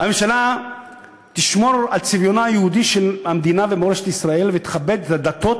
"הממשלה תשמור על צביונה היהודי של המדינה ומורשת ישראל ותכבד את הדתות